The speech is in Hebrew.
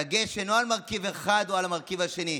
הדגש אינו על מרכיב אחד או על המרכיב השני.